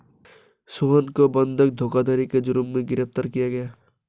सोहन को बंधक धोखाधड़ी के जुर्म में गिरफ्तार किया गया